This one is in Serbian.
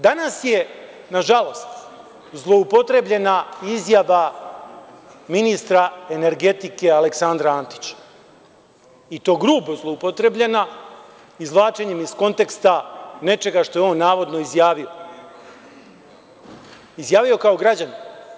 Danas je, na žalost, zloupotrebljena izjava ministra energetike Aleksandra Antića, i to grubo zloupotrebljena, izvlačenjem iz konteksta nečega što je on navodno izjavio, izjavio kao građanin.